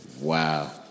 Wow